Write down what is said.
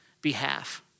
behalf